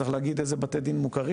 צריך להגיד איזה בתי דין מוכרים.